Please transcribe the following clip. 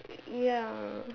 ya